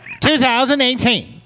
2018